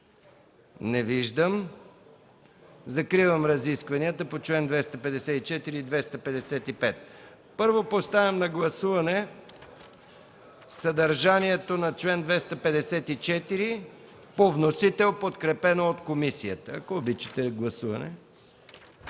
Не виждам. Закривам разискванията по членове 254 и 255. Първо, поставям на гласуване съдържанието на чл. 254 по вносител, подкрепено от комисията. Гласували